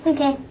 Okay